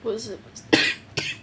不是